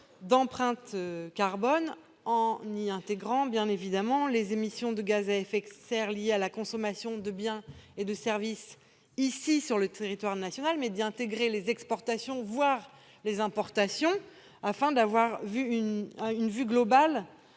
d'empreinte carbone, en y intégrant, bien évidemment, les émissions de gaz à effet de serre liées à la consommation de biens et services sur le territoire national, mais aussi les exportations, voire les importations, afin de disposer d'une